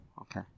okay